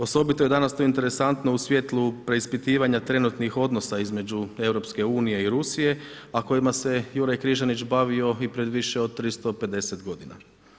Osobito je danas to interesantno u svjetlu preispitivanja trenutnih odnosa između EU i Rusije a kojima se Juraj Križanić bavio i pred više od 350 godina.